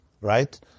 right